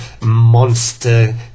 monster